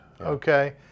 okay